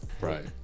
right